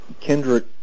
Kendrick